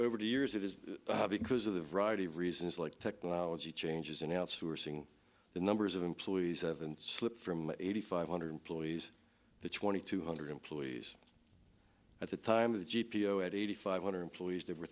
over the years it is because of the variety of reasons like technology changes and outsourcing the numbers of employees of and slipped from eighty five hundred ploys to twenty two hundred employees at the time of the g p o at eighty five hundred employees there were